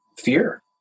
fear